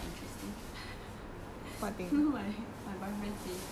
so right my boyfriend say he say